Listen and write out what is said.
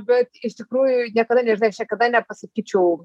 bet iš tikrųjų niekada nežinai kada nepasakyčiau